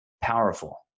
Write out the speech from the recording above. powerful